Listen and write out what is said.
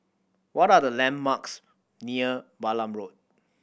what are the landmarks near Balam Road